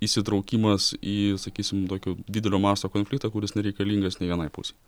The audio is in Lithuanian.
įsitraukimas į sakysim tokio didelio masto konfliktą kuris nereikalingas nė vienai pus